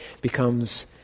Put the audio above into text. becomes